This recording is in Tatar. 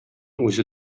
үзе